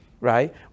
right